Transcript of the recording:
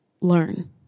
learn